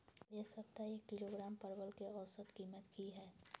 ऐ सप्ताह एक किलोग्राम परवल के औसत कीमत कि हय?